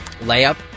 layup